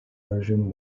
version